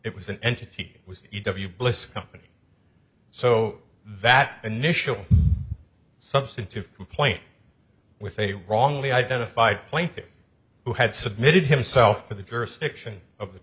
it was an entity was bliss company so that initial substantive complaint with a wrongly identified plaintiff who had submitted himself to the jurisdiction of the